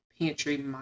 pantry